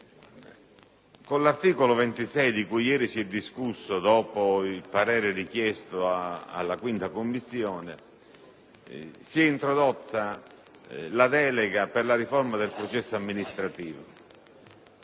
Con l'articolo 26‑*quater*, di cui ieri si è discusso dopo il parere richiesto alla 5a Commissione, si è introdotta la delega per la riforma del processo amministrativo,